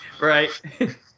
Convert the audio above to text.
Right